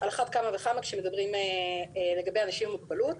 על אחת כמה וכמה כשמדברים לגבי אנשים עם מוגבלות.